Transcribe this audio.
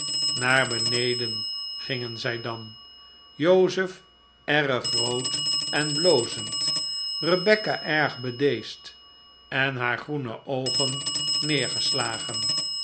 naar beneden gingen zij dan joseph erg rood en blozend rebecca erg bedeesd en haar groene oogen